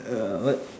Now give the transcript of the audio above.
err what